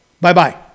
Bye-bye